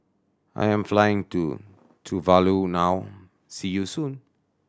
I am flying to Tuvalu now See you soon